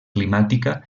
climàtica